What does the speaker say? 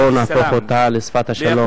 בואו נהפוך אותה לשפת השלום,